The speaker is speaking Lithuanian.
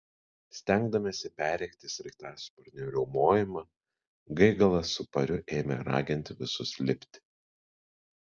stengdamiesi perrėkti sraigtasparnio riaumojimą gaigalas su pariu ėmė raginti visus lipti